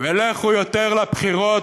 ולכו יותר לבחירות,